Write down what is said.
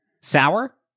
Sour